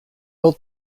old